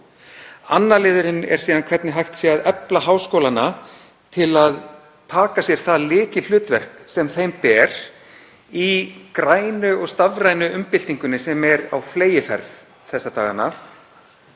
Annar liðurinn er síðan hvernig hægt sé að efla háskólana til að taka sér það lykilhlutverk sem þeim ber í grænu og stafrænu umbyltingunni sem er á fleygiferð þessa dagana.